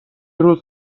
روز